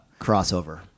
crossover